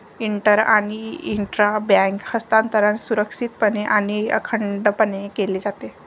inter आणि intra bank हस्तांतरण सुरक्षितपणे आणि अखंडपणे केले जाते